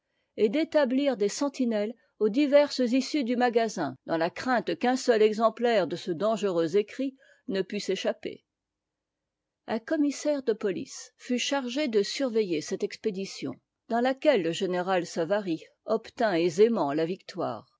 et d'établir des sentinelles aux diverses issues du magasin dans la crainte qu'un seul exemplaire de ce dangereux écrit ne pût s'échapper un commissaire de police fut chargé de surveiller cette expédition dans laquelle le général savary obtint aisément la victoire